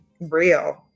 real